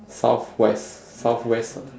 south west southwest